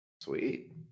Sweet